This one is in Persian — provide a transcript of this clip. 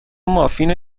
مافین